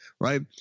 right